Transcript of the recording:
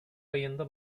ayında